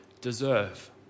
deserve